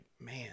man